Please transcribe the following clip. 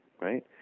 right